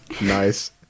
Nice